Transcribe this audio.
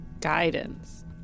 Guidance